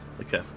okay